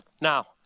Now